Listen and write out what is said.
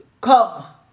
Come